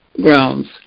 grounds